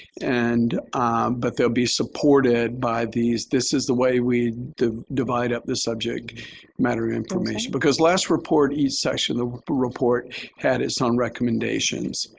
and but they'll be supported by these. this is the way we divide up this subject matter information because last report, each section of the report had its own recommendations.